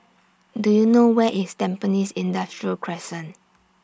Do YOU know Where IS Tampines Industrial Crescent